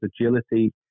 agility